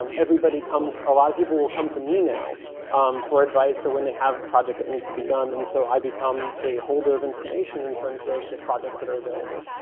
um everybody comes a lot of people will come to me now for advice or when they have a project that needs to be done. and so i become a holder of information in terms of the projects that are available,